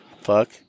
Fuck